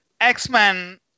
X-Men